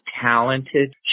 talented